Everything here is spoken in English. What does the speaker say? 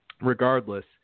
regardless